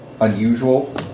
unusual